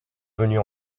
venue